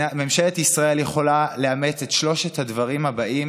ממשלת ישראל יכולה לאמץ את שלושת הדברים הבאים